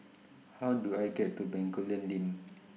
How Do I get to Bencoolen LINK